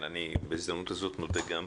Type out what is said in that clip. אני בהזדמנות הזאת מודה גם.